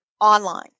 online